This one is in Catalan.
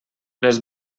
les